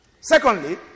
secondly